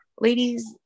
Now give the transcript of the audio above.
ladies